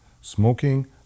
smoking